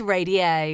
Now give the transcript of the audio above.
Radio